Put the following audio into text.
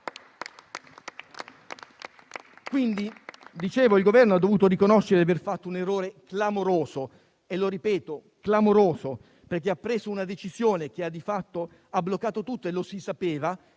quindi, il Governo ha dovuto riconoscere di aver fatto un errore clamoroso, lo ripeto, clamoroso, perché ha preso una decisione che ha di fatto bloccato tutto - e lo si sapeva